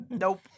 Nope